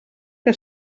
que